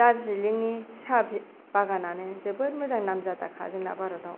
दारजिलिंनि सा बागानआनो जोबोद मोजां नामजादाखा जोंना भारताव